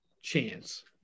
chance